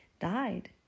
died